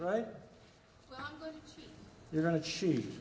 right you're going to achieve